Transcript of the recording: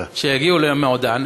שיגיעו ליעדן,